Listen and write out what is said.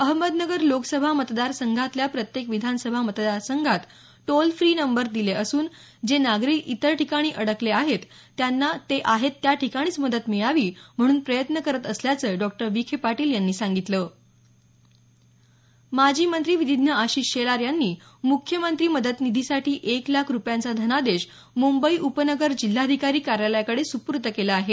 अहमदनगर लोकसभा मतदारसंघातल्या प्रत्येक विधानसभा मतदारसंघात टोल फ्री नंबर दिले असून जे नागरिक इतर ठिकाणी अडकले आहेत त्यांना ते आहेत त्या ठिकाणीच मदत मिळावी म्हणून प्रयत्न करत असल्याचं डॉ विखे पाटील यांनी सांगितलं माजी मंत्री विधीज्ञ आशिष शेलार यांनी मुख्यमंत्री मदत निधीसाठी एक लाख रुपयांचा धनादेश मुंबई उपनगर जिल्हाधिकारी कार्यालयाकडे सुपूर्द केला आहे